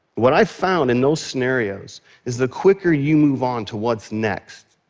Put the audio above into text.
what i found in those scenarios is the quicker you move on to what's next,